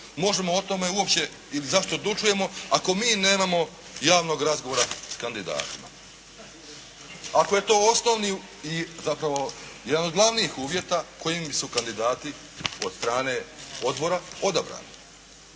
možemo o tome uopće ili zašto odlučujemo ako mi nemamo javnog razgovora s kandidatima. Ako je to osnovni i zapravo jedan od glavnih uvjeta koji su kandidati od strane odbora odabrani.